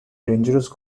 dangerous